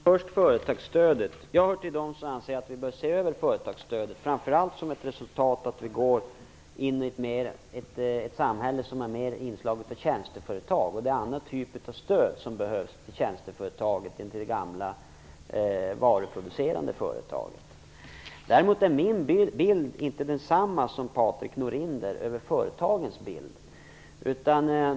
Herr talman! Jag hör till dem som anser att man behöver se över företagsstödet, framför allt när vi nu går in i ett samhälle som har mer inslag av tjänsteföretag. Det behövs en annan typ av stöd till tjänsteföretag än det som det gamla varuproducerande företaget behöver. Min bild är inte densamma som Patrik Norinders när det gäller företagen.